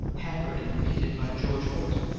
hampered and impeded by george holt?